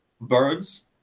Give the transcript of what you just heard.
birds